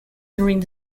during